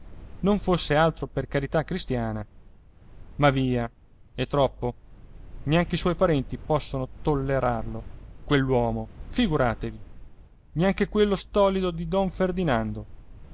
non fosse altro per carità cristiana ma via è troppo neanche i suoi parenti possono tollerarlo quell'uomo figuratevi neanche quello stolido di don ferdinando